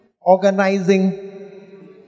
organizing